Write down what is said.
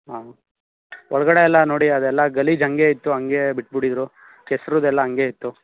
ಹಾಂ ಒಳಗಡೆ ಎಲ್ಲ ನೋಡಿ ಅದೆಲ್ಲ ಗಲೀಜು ಹಂಗೆ ಇತ್ತು ಹಂಗೆ ಬಿಟ್ಟುಬಿಟ್ಟಿದ್ರು ಕೆಸ್ರಿದ್ದೆಲ್ಲ ಹಂಗೆ ಇತ್ತು